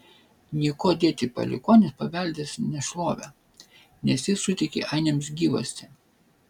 niekuo dėti palikuonys paveldės nešlovę nes jis suteikė ainiams gyvastį